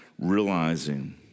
realizing